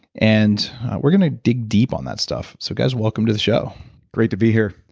and we're gonna dig deep on that stuff. so guys, welcome to the show great to be here